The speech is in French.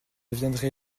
viendrai